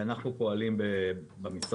אנחנו פועלים במשרד,